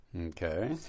Okay